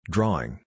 Drawing